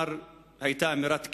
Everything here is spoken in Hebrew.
שאמר היתה אמירת כפירה.